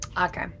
Okay